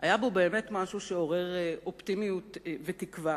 היה בו באמת משהו שעורר אופטימיות ותקווה.